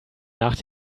nach